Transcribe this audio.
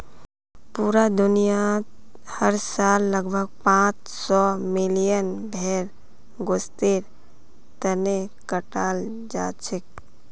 पूरा दुनियात हर साल लगभग पांच सौ मिलियन भेड़ गोस्तेर तने कटाल जाछेक